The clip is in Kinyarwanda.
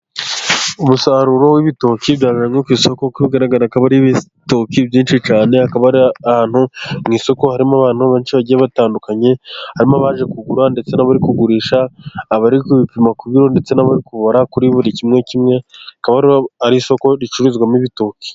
Umusaruro w'ibitoki byajyanwe ku isoko, kuko bigaragara akaba ari ibitoki byinshi cyane, akaba ari ahantu mu isoko harimo abantu bagiye batandukanye, harimo abaje kugura ndetse n'abari kugurisha, abari ku bipima ku biro ndetse n'abari kubipimura kuri buri kimwe kimwe, hakaba ari isoko ricuruzwamo ibitoki.